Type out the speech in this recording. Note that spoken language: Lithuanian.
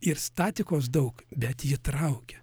ir statikos daug bet ji traukia